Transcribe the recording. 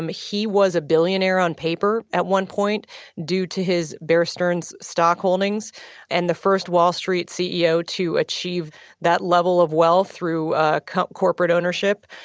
um he was a billionaire on paper at one point due to his bear stearns stock holdings and the first wall street ceo to achieve that level of wealth through ah corporate ownership.